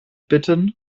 bitten